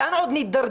לאן עוד נידרדר?